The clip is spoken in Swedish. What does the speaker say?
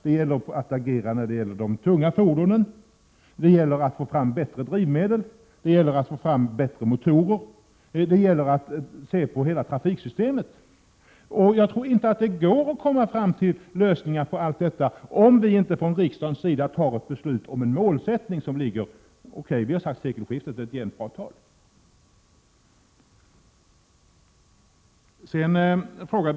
Det gäller att agera beträffande de tunga fordonen. Det gäller att få fram bättre drivmedel och bättre motorer. Det gäller också att se på hela trafiksystemet. Jag tror inte att det går att komma fram till lösningar på allt detta, om vi inte från riksdagens sida fattar ett beslut om en långsiktig målsättning. Från centerpartiets sida har vi föreslagit sekelskiftet. Det är ett jämnt och bra årtal.